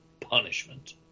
Punishment